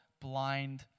blind